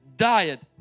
diet